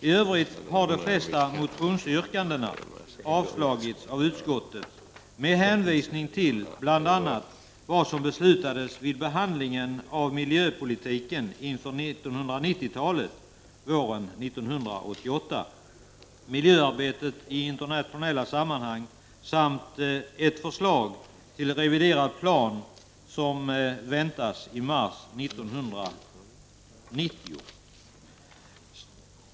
I övrigt har de flesta motionsyrkandena avstyrkts av utskottet med hänvisning till bl.a. vad som beslutades vid behandlingen av miljöpolitiken inför 1990-talet våren 1988, miljöarbetet i internationella sammanhang samt ett förslag till reviderad plan som väntas i mars 1990.